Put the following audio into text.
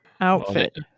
outfit